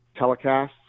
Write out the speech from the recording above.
telecasts